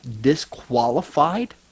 disqualified